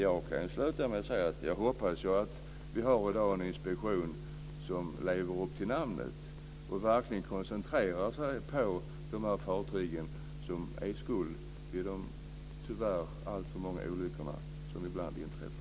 Jag kan sluta med att säga att jag hoppas att vi i dag har en inspektion som lever upp till namnet, och verkligen koncentrerar sig på de fartyg som bär skulden för de - tyvärr - alltför många olyckor som inträffar.